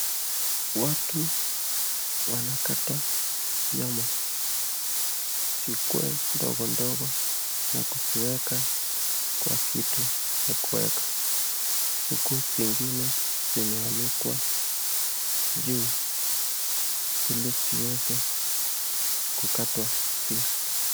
Watu wanakata nyama zikuwe ndogo ndogo na kuziweka kwa kitu ya kuweka huku zingine zimeanikwa juu ili ziweze kukatwa pia.